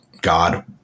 God